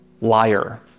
Liar